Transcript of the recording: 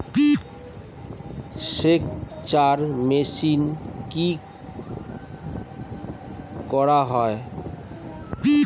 সেকচার মেশিন কি করা হয়?